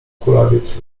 kulawiec